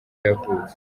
yavutse